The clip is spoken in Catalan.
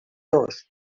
dos